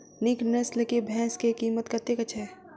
नीक नस्ल केँ भैंस केँ कीमत कतेक छै?